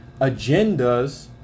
agendas